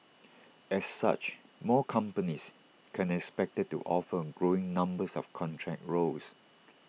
as such more companies can be expected to offer growing numbers of contract roles